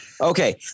Okay